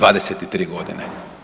23 godine.